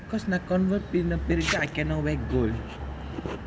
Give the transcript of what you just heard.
cause I convert பின்ன பிரிச்சா:pinna pirichaa I cannot wear gold